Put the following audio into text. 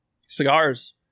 cigars